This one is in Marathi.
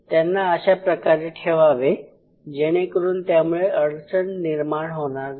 त्यांना अशाप्रकारे ठेवावे जेणेकरून त्यामुळे अडचण निर्माण होणार नाही